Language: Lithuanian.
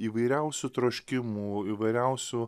įvairiausių troškimų įvairiausių